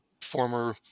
former